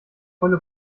volle